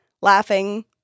laughing